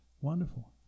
Wonderful